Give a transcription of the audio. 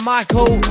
Michael